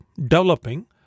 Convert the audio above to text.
developing